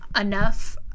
enough